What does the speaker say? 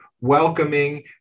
welcoming